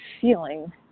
feeling